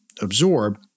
absorb